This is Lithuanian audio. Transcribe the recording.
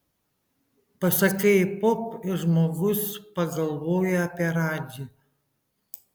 pasakai pop ir žmogus pagalvoja apie radžį